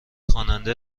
خواننده